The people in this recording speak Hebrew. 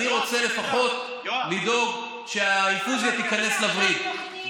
אני רוצה לפחות לדאוג שהאינפוזיה תיכנס לווריד.